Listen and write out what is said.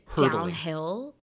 Downhill